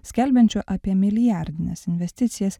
skelbiančių apie milijardines investicijas